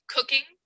Cooking